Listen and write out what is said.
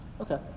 Okay